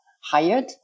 hired